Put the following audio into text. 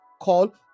call